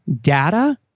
data